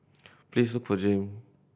please look for Jayme